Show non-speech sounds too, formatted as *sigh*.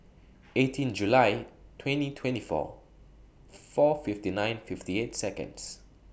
*noise* eighteen July twenty twenty four four fifty nine fifty eight Seconds